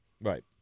right